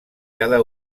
cada